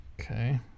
Okay